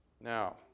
Now